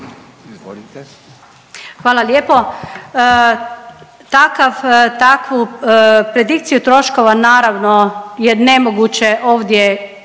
(SDP)** Hvala lijepo. Takav, takvu predikciju troškova naravno je nemoguće ovdje